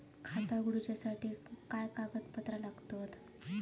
खाता उगडूच्यासाठी काय कागदपत्रा लागतत?